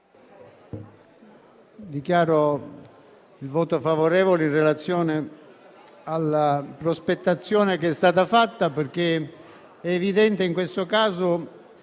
dichiaro il voto favorevole in relazione alla prospettazione che è stata fatta perché è evidente in questo caso